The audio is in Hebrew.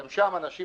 גם שם שמים אנשים